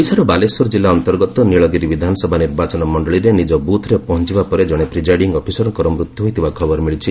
ଓଡ଼ିଶାର ବାଲେଶ୍ୱର ଜିଲ୍ଲା ଅନ୍ତର୍ଗତ ନିଳଗିରି ବିଧାନସଭା ନିର୍ବାଚନ ମଣ୍ଡଳୀରେ ନିଜ ବୁଥ୍ରେ ପହଞ୍ଚିବା ପରେ ଜଣେ ପ୍ରିଜାଇଡିଂ ଅଫିସର୍ଙ୍କର ମୃତ୍ୟୁ ହୋଇଥିବା ଖବର ମିଳିଛି